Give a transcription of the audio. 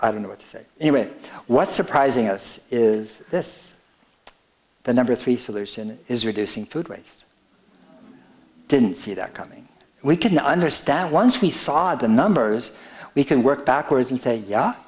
i don't know what's in it what's surprising us is this the number three solution is reducing food waste didn't see that coming we can understand once we saw the numbers we can work backwards and say yeah